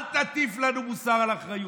אל תטיף לנו מוסר על אחריות.